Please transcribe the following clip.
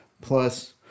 plus